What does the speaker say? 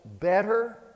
better